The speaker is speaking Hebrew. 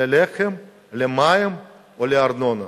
ללחם, למים או לארנונה.